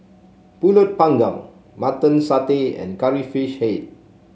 pulut panggang Mutton Satay and curry fish he